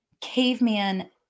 Caveman